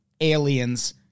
aliens